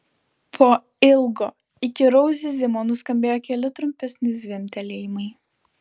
po ilgo įkyraus zyzimo nuskambėjo keli trumpesni zvimbtelėjimai